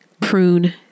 Prune